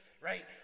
right